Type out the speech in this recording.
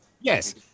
yes